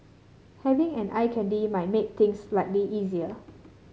having an eye candy might make things slightly easier